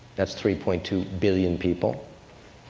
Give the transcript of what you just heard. that's three point two billion people.